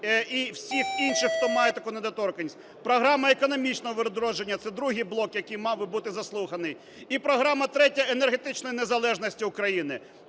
і всіх інших хто має таку недоторканність. Програма економічного відродження – це другий блок, який мав би бути заслуханий. І програма третя – енергетична незалежність України.